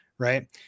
Right